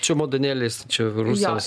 čemodanėliais čia rusams